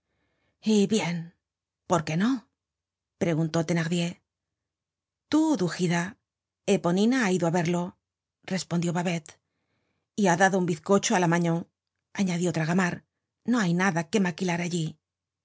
y bien por qué no preguntó thenardier tu dugida eponina ha ido averio respondió babet y ha dado un bizcocho á la magnon añadió tragamar no hay nada que maquilar allí